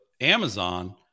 Amazon